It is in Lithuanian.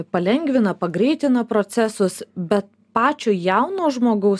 palengvina pagreitina procesus bet pačio jauno žmogaus